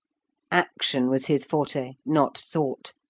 action was his forte, not thought.